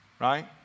right